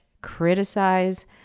criticize